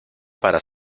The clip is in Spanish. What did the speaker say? para